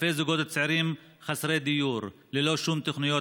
אלפי זוגות צעירים חסרי דיור וללא שום תוכניות